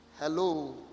Hello